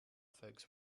folks